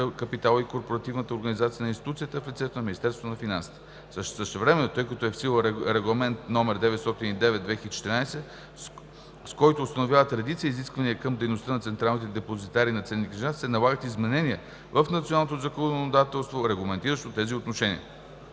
капитала и корпоративната организация на институцията в лицето на Министерството на финансите. Същевременно, тъй като е в сила Регламент № 909/2014, с който установяват редица изисквания към дейността на централните депозитари на ценни книжа, се налагат изменения в националното законодателство, регламентиращо тези отношения.